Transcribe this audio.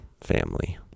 family